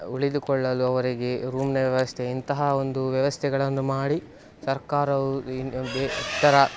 ಉಳಿದುಕೊಳ್ಳಲು ಅವರಿಗೆ ರೂಮಿನ ವ್ಯವಸ್ಥೆ ಇಂತಹ ಒಂದು ವ್ಯವಸ್ಥೆಗಳನ್ನು ಮಾಡಿ ಸರ್ಕಾರವು ಬೇ ಇತರ